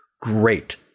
Great